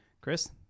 Chris